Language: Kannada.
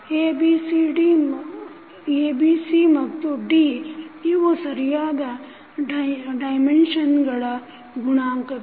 A B C ಮತ್ತು D ಇವು ಸರಿಯಾದ ಡೈಮೆನ್ಷನ್ಗಳ ಗುಣಾಂಕಗಳು